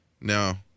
No